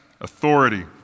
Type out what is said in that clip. authority